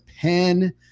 pen